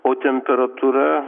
o temperatūra